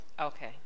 Okay